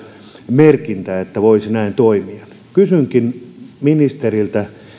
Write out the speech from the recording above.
merkintä että voisi näin toimia kysynkin ministeriltä